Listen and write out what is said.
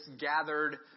gathered